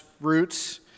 roots